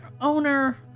owner